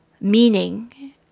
meaning